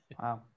Wow